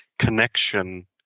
connection